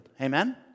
Amen